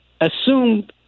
assume